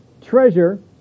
treasure